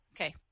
Okay